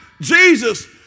Jesus